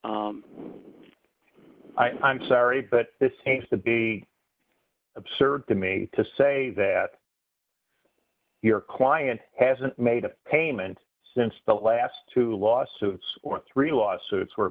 e i'm sorry but it seems to be absurd to me to say that your client hasn't made a payment since the last two lawsuits or three lawsuits were